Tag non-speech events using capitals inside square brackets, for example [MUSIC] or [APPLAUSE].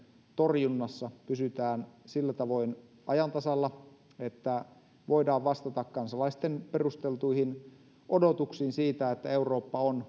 torjunnassa pysytään sillä tavoin ajan tasalla että voidaan vastata kansalaisten perusteltuihin odotuksiin siitä että eurooppa on [UNINTELLIGIBLE]